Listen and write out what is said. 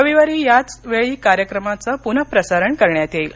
रविवारी याच वेळी कार्यक्रमाचं पुनःप्रसारण करण्यात येईल